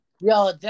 Yo